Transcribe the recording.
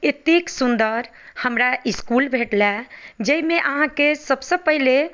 एतेक सुन्दर हमरा इस्कुल भेटलए जाहिमे अहाँके सभसँ पहिले